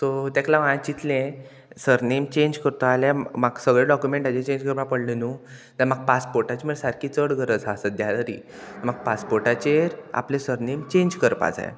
so तेक लागो हांवें चिंतलें सरनेम चेंज करता आल्या म्हाका सगळें डॉक्युमेंटाचेर चेंज करपा पडलें न्हू जाल्यार म्हाका पासपोर्टाचे म्हळ्यार सारकी चड गरज हा सद्द्या तरी म्हाक पासपोर्टाचेर आपलें सरनेम चेंज करपा जाय